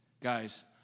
Guys